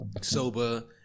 Sober